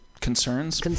concerns